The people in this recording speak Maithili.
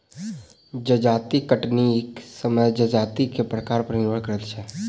जजाति कटनीक समय जजाति के प्रकार पर निर्भर करैत छै